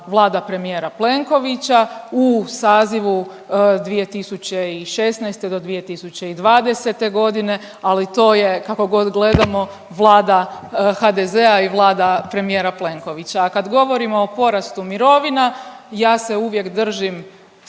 Vlada premijera Plenkovića u sazivu 2016. do 2020.g., ali to je kako god gledamo Vlada HDZ-a i Vlada premijera Plenkovića. A kad govorimo o porastu mirovina ja se uvijek držim